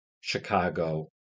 Chicago